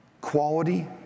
quality